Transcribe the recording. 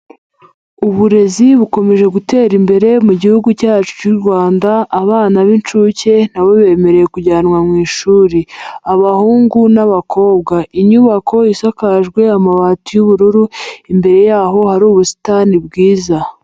Uburezi bukomeje gutera imbere mu gihugu cyacu cy'u Rwanda, abana b'inshuke nabo bemerewe kujyanwa mu ishuri. Abahungu n'abakobwa, inyubako isakajwe amabati y'ubururu, imbere yaho hari ubusitani bwiza.